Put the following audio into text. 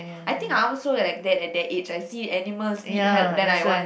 I think I also will like that that it I saw animal need help then I want